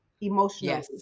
emotionally